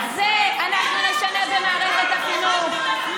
את זה אנחנו נשנה במערכת החינוך.